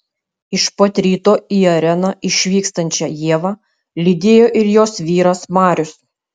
iš pat ryto į areną išvykstančią ievą lydėjo ir jos vyras marius